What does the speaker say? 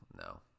no